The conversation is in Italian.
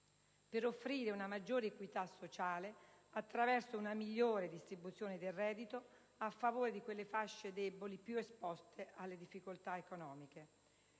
per offrire una maggiore equità sociale, attraverso una migliore distribuzione del reddito, a favore delle fasce deboli più esposte alle difficoltà economiche.